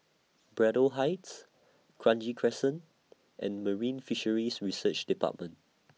Braddell Heights Kranji Crescent and Marine Fisheries Research department